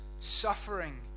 suffering